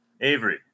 Avery